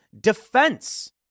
defense